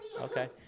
Okay